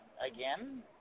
again